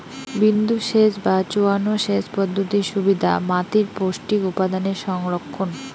বিন্দুসেচ বা চোঁয়ানো সেচ পদ্ধতির সুবিধা মাতীর পৌষ্টিক উপাদানের সংরক্ষণ